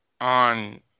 on